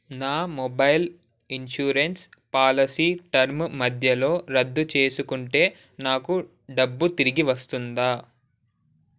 నా mobile insurance policy term మధ్యలో రద్దు చేసుకుంటే నాకు డబ్బు తిరిగి వస్తుందా